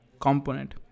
Component